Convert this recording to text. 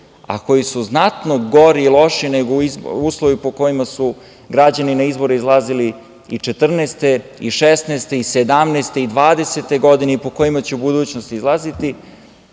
a koji su znatno gori i lošiji uslovi po kojima su građani na izbore izlazili i 2014, 2016, 2017. i 2020. godine i po kojima će u budućnosti izlaziti,